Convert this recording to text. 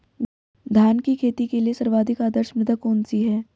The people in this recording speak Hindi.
धान की खेती के लिए सर्वाधिक आदर्श मृदा कौन सी है?